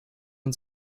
man